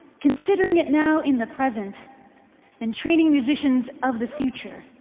considering it now in the present and training musicians of the future.